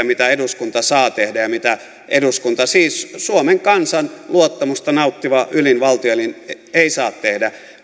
mitä eduskunta saa tehdä ja mitä eduskunta siis suomen kansan luottamusta nauttiva ylin valtioelin ei saa tehdä